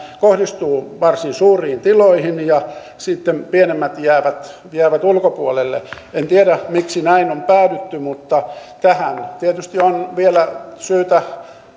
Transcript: kohdistuu varsin suuriin tiloihin ja sitten pienemmät jäävät jäävät ulkopuolelle en tiedä miksi näin on päätetty mutta tähän tietysti on vielä syytä